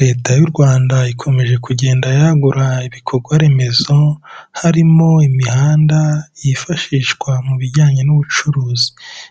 Leta y'u Rwanda ikomeje kugenda yagura ibikorwa remezo, harimo imihanda yifashishwa mu bijyanye n'ubucuruzi,